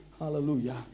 Hallelujah